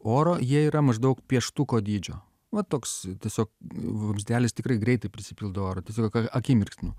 oro jie yra maždaug pieštuko dydžio va toks tiesiog vamzdelis tikrai greitai prisipildo oro tiesiog akimirksniu